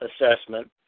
assessment